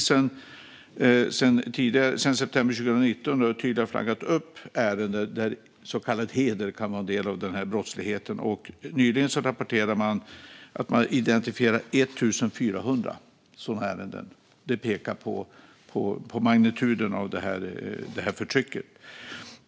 Sedan september 2019 har polisen tydligare flaggat ärenden där så kallad heder kan vara en del av brottsligheten, och nyligen rapporterade man att man har identifierat 1 400 sådana ärenden. Det pekar på magnituden av det här förtrycket.